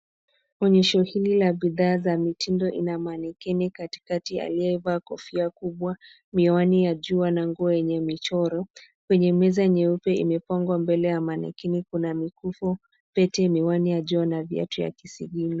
Kwenye shelves hizi za bidhaa za mitindo ina manequinn katikati aliyevaa kofia kubwa, miwani ya jua na nguo yenye michoro. Kwenye meza nyeupe imepangwa mbele ya manequinn kuna mikufu, pete, miwani ya jua na viatu ya visigino.